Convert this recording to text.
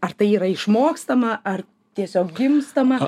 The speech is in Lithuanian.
ar tai yra išmokstama ar tiesiog gimstama